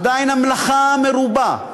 עדיין המלאכה מרובה,